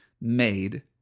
made